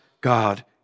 God